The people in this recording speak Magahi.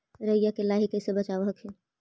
राईया के लाहि कैसे बचाब हखिन?